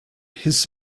his